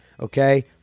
okay